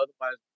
otherwise